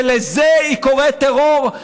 ולזה היא קוראת טרור?